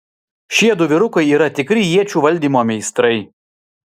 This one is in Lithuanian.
šiedu vyrukai yra tikri iečių valdymo meistrai